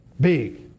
big